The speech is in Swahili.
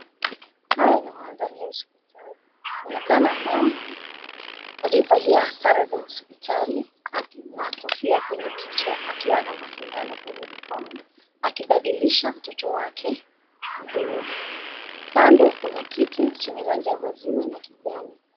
Haya ni mandhari ya hospitali. Kunaonekana mama aliyevalia sare za hospitali na kofia kwenye kichwa, akiwa na masindano kwenye mikono akibadilisha mtoto wake. Kando kuna kiti chenye rangi ya maziwa na kijani.